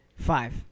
five